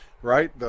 Right